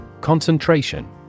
Concentration